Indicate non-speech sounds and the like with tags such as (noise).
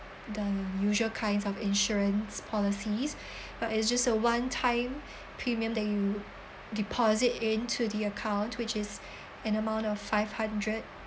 the usual kinds of insurance policies (breath) but it's just a one time (breath) premium that you deposit in to the account which is an amount of five hundred